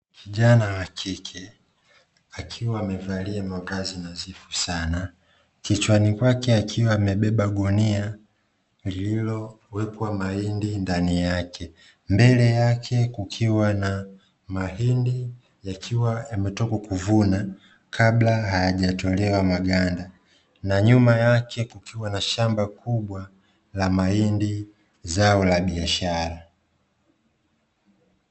Kijana wa kike, akiwa amevalia mavazi nadhifu sana, kichwani kwake akiwa amebeba gunia lililowekwa mahindi ndani yake. Mbele yake kukiwa na mahindi yakiwa yametoka kuvunwa kabla hayajatolewa maganda na nyuma yake kukiwa na shamba kubwa la mahindi zao la biashara.